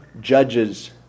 judges